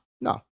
no